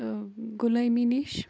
غُلٲمی نِش